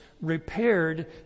repaired